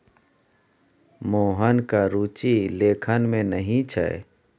मोहनक रुचि लेखन मे नहि छै